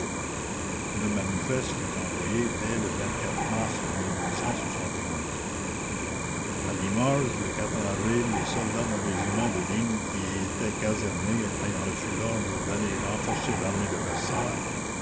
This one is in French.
le manifeste fut envoyé dès le mars imoges le avril les soldats d'un régiment de ligne qui y étaient casernés ayant reçu l'ordre d'aller renforcer l'armée de versailles